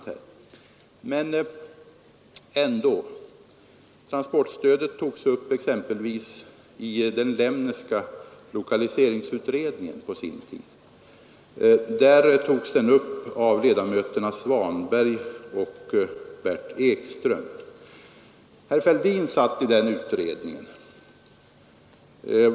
Men låt mig ändå säga att transportstödet på sin tid togs upp i den Lemneska lokaliseringsutredningen av ledamöterna Svanberg och Bert Ekström. Herr Fälldin var också ledamot av utredningen.